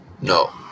No